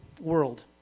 world